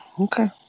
Okay